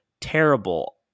terrible